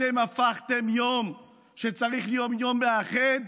אתם הפכתם יום שצריך להיות יום מאחד